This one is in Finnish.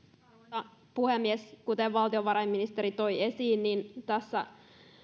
arvoisa puhemies kuten valtiovarainministeri toi esiin tässä